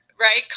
right